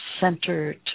centered